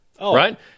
right